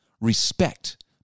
Respect